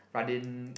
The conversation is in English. Radin